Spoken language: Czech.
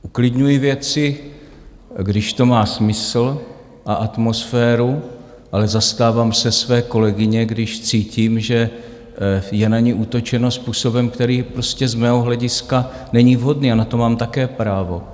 Uklidňuji věci, když to má smysl, a atmosféru, ale zastávám se své kolegyně, když cítím, že je na ni útočeno způsobem, který prostě z mého hlediska není vhodný, a na to mám také právo.